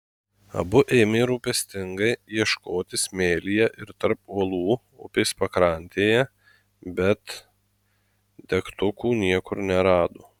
abu ėmė rūpestingai ieškoti smėlyje ir tarp uolų upės pakrantėje bet degtukų niekur nerado